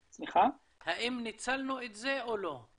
האם ניצלנו את זה או לא?